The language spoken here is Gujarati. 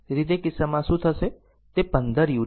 તેથી તે કિસ્સામાં શું થશે તે 15 u